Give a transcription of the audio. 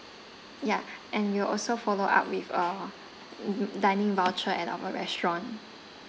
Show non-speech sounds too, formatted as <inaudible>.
ya and we'll also follow up with uh <noise> dining voucher at our restaurant